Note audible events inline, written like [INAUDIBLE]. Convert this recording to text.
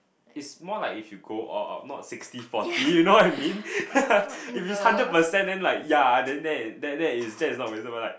is more like if you go out not sixty forty [LAUGHS] you know I mean [LAUGHS] it is hundred percent then like ya then that that that it's not reasonable right